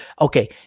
okay